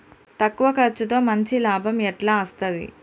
తక్కువ కర్సుతో మంచి లాభం ఎట్ల అస్తది?